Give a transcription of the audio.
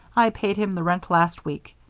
i paid him the rent last week.